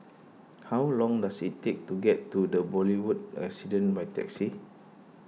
how long does it take to get to the Boulevard Residence by taxi